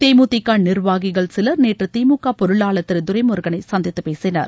தேமுதிக நிர்வாகிகள் சிலர் நேற்று திமுக பொருளாளர் திரு துரைமுருகனை சந்தித்து பேசினர்